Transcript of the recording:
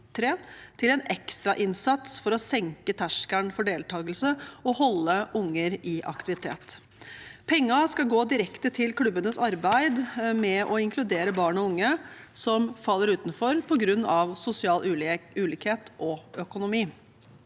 til en ekstra innsats for å senke terskelen for deltakelse og for å holde unger i aktivitet. Pengene skal gå direkte til klubbenes arbeid med å inkludere barn og unge som faller utenfor på grunn av sosial ulikhet og økonomi.